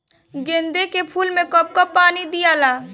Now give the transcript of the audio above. गेंदे के फूल मे कब कब पानी दियाला?